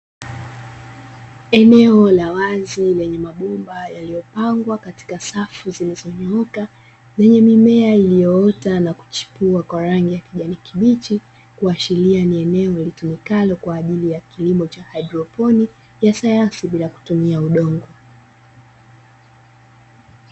Eneo la wazi, lenye mabomba yaliyopangwa katika safu zilizonyooka, lenye mimea iliyoota na kuchipua kwa rangi ya kijani kibichi. Kuashiria ni eneo litumikalo kwa ajili ya kilimo cha haidroponi ya sayansi bila kutumia udongo.